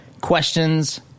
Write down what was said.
Questions